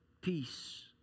peace